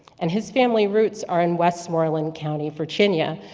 and his family roots are in west marlin county, virginia,